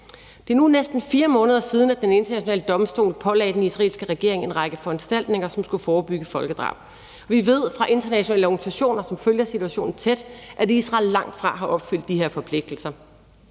Det er nu næsten 4 måneder siden, at den internationale domstol pålagde den israelske regering en række foranstaltninger, som skulle forebygge folkedrab. Vi ved fra internationale organisationer, som følger situationen tæt, at Israel langtfra har opfyldt de her forpligtelser.